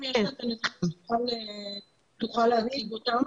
אם יש לה את הנתונים היא תוכל להעביר אותם.